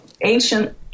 ancient